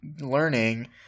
learning